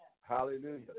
Hallelujah